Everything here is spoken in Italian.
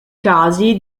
casi